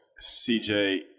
CJ